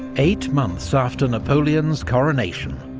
eight months after napoleon's coronation.